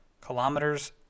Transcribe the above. kilometers